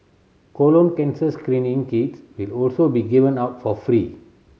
colon cancer screening kits will also be given out for free